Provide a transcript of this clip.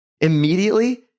immediately